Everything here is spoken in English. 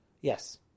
Yes